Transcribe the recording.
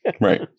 Right